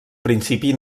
principi